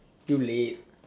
too late